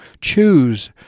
choose